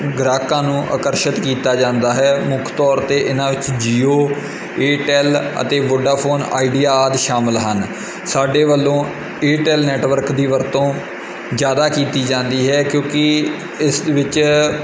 ਗਾਹਕਾਂ ਨੂੰ ਆਕਰਸ਼ਿਤ ਕੀਤਾ ਜਾਂਦਾ ਹੈ ਮੁੱਖ ਤੌਰ 'ਤੇ ਇਹਨਾਂ ਵਿੱਚ ਜੀਓ ਏਅਰਟੈਲ ਅਤੇ ਵੋਡਾਫੋਨ ਆਈਡੀਆ ਆਦਿ ਸ਼ਾਮਿਲ ਹਨ ਸਾਡੇ ਵੱਲੋਂ ਏਅਰਟੈਲ ਨੈਟਵਰਕ ਦੀ ਵਰਤੋਂ ਜ਼ਿਆਦਾ ਕੀਤੀ ਜਾਂਦੀ ਹੈ ਕਿਉਂਕਿ ਇਸ ਵਿੱਚ